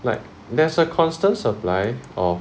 like there's a constant supply of